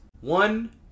One